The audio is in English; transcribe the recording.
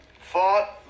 fought